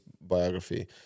biography